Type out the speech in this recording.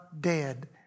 dead